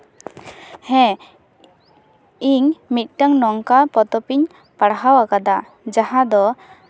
ᱦᱮᱸ ᱤᱧ ᱢᱤᱫᱴᱟᱝ ᱱᱚᱝᱠᱟ ᱯᱚᱛᱚᱵ ᱤᱧ ᱯᱟᱲᱦᱟᱣ ᱟᱠᱟᱫᱟ ᱡᱟᱦᱟᱸ ᱫᱚ